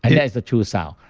and that is the true sound.